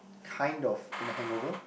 kind of in a hangover